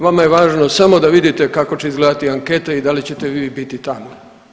Vama je važno samo da vidite kako će izgledati ankete i da li ćete vi biti tamo.